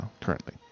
currently